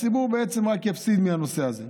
הציבור רק יפסיד מהנושא הזה.